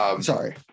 Sorry